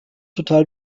total